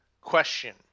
question